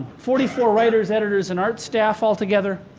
forty-four writers, editors, and art staff altogether.